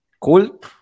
Cool